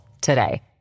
today